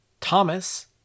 Thomas